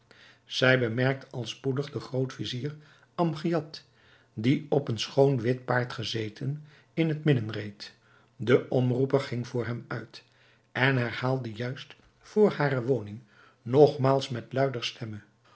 zij bemerkte al spoedig den groot-vizier amgiad die op een schoon wit paard gezeten in het midden reed de omroeper ging voor hem uit en herhaalde juist voor hare woning nogmaals met luider stemme